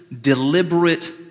deliberate